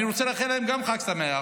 אני רוצה לאחל גם להם חג שמח.